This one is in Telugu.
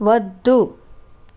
వద్దు